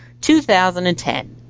2010